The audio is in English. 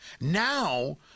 Now